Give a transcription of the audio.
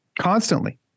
constantly